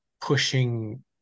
pushing